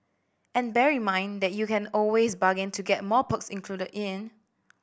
and bear in mind that you can always bargain to get more perks included in